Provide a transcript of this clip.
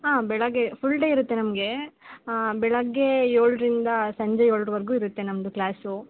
ಹಾಂ ಬೆಳಗ್ಗೆ full day ಇರುತ್ತೆ ನಮ್ಗೆ ಬೆಳಗ್ಗೆ ಏಳರಿಂದ ಸಂಜೆ ಏಳರವರ್ಗು ಇರುತ್ತೆ ನಮ್ಮದು ಕ್ಲಾಸು